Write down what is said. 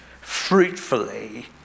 fruitfully